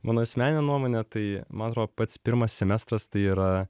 mano asmenine nuomone tai man atrodo pats pirmas semestras tai yra